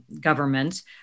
governments